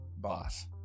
boss